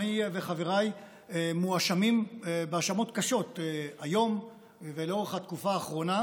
אני וחבריי מואשמים בהאשמות קשות היום ולאורך התקופה האחרונה,